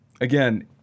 again